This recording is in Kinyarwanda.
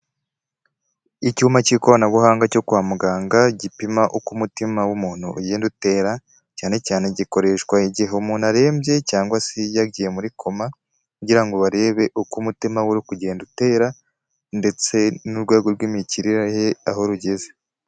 Icyuma cy'ikoranabuhanga cyo kwa muganga gipima uko umutima w'umuntu ugenda utera, cyane cyane gikoreshwa igihe umuntu arembye cyangwa se yagiye muri koma kugira ngo barebe uko umutima wari kugenda utera, ndetse n'urwego rw'imikirire ye aho rugeze.